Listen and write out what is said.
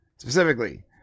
Specifically